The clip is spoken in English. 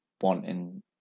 wanting